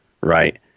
right